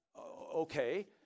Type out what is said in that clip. okay